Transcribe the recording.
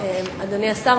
אדוני השר,